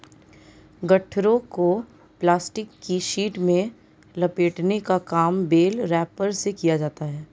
गट्ठरों को प्लास्टिक की शीट में लपेटने का काम बेल रैपर से किया जाता है